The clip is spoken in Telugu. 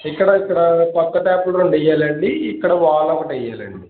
ఇక్కడ ఇక్కడా కొత్త ట్యాప్లు రెండు వెయ్యాలండి ఇక్కడ వాలు ఒకటి ఏయ్యాలండి